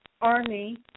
Army